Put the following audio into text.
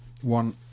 one